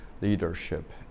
leadership